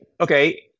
okay